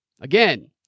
Again